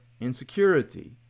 insecurity